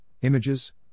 Images